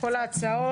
3 נגד,